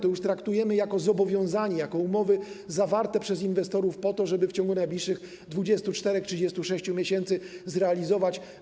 To już traktujemy jako zobowiązanie, jako umowy zawarte przez inwestorów po to, żeby w ciągu najbliższych 24, 36 miesięcy to zrealizować.